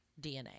DNA